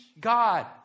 God